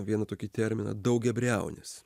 vieną tokį terminą daugiabriaunis